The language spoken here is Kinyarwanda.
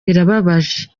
birababaje